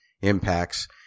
impacts